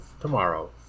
tomorrow